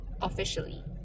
officially